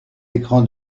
écran